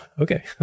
okay